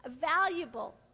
valuable